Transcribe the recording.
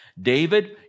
David